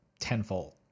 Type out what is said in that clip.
tenfold